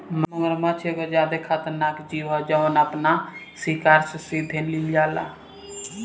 मगरमच्छ एगो ज्यादे खतरनाक जिऊ ह जवन आपना शिकार के सीधे लिल जाला